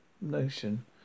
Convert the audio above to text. notion